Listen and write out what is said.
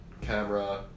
camera